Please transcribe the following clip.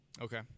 okay